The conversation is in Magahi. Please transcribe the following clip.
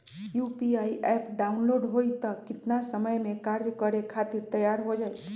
यू.पी.आई एप्प डाउनलोड होई त कितना समय मे कार्य करे खातीर तैयार हो जाई?